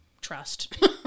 trust